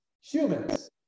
Humans